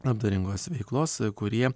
labdaringos veiklos kurie